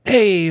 Hey